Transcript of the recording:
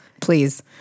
Please